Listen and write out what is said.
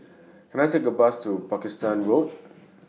Can I Take A Bus to Pakistan Road